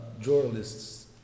journalists